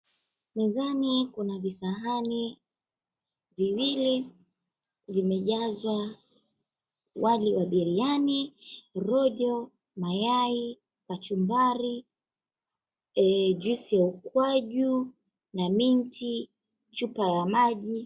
Mezani kuna visahani viwili vimejazwa wali wa biriani, rojo, mayai, kachumbari, jusi ya ukwaju na minti, chupa ya maji.